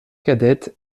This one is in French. cadette